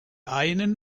einen